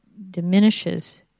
diminishes